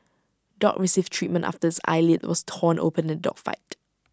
dog receives treatment after its eyelid was torn open the dog fight